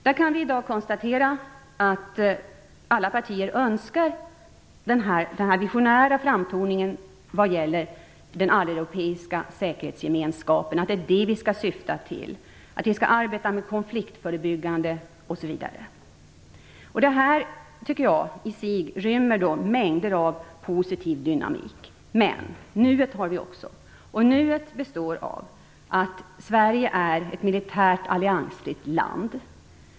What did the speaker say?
Vi kan i dag konstatera att alla partier önskar att vi skall ha en visionär framtoning vad gäller den alleuropeiska säkerhetsgemenskapen, att vi skall arbeta konfliktförebyggande osv. Jag tycker att detta rymmer mängder av positiv dynamik, men vi står också mitt i nuet, och där är Sverige ett militärt alliansfritt land.